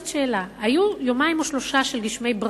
היו יומיים או שלושה של גשמי ברכה,